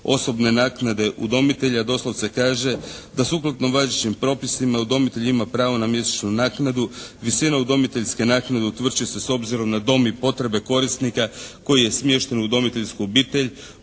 osobne naknade udomitelja. Doslovce kaže da sukladno važećim propisima udomitelj ima pravo na mjesečnu naknadu. Visina udomiteljske naknade utvrđuje se s obzirom na dom i potrebe korisnika koji je smješten u udomiteljsku obitelj